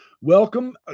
Welcome